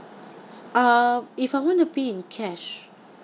uh if I want to pay in cash